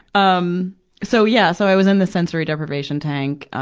um so, yeah, so i was in the sensory deprivation tank.